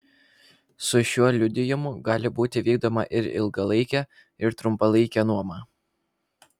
su šiuo liudijimu gali būti vykdoma ir ilgalaikė ir trumpalaikė nuoma